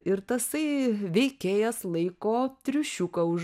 ir tasai veikėjas laiko triušiuką už